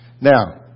Now